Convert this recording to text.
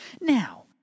Now